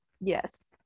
yes